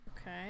Okay